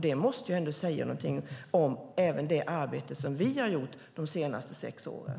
Det måste ändå säga någonting även om det arbete som vi har gjort de senaste sex åren.